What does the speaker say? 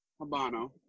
Habano